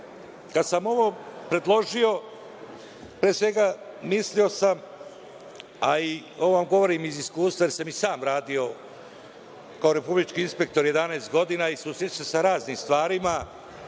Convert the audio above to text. sam ovo predložio, pre svega, mislio sam, a i ovo vam govorim iz iskustva, jer sam i sam radio kao republički inspektor 11 godina i susretao sam se sa raznim stvarima,